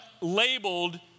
labeled